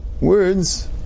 words